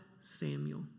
Samuel